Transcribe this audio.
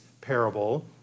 parable